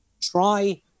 Try